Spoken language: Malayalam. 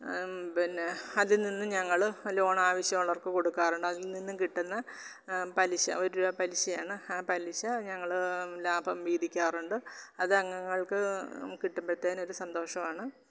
പിന്നെ അതിൽ നിന്നു ഞങ്ങൾ ലോണാവശ്യമുള്ളവർക്ക് കൊടുക്കാറുണ്ട് കിട്ടുന്ന പലിശ ഒരുവ പലിശയാണ് ആ പലിശ ഞങ്ങൾ ലാഭം വീതിക്കാറുണ്ട് അത് അംഗങ്ങൾക്കു കിട്ടുമ്പോഴത്തേന് ഒരു സന്തോഷമാണ്